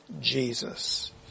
Jesus